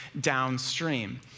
downstream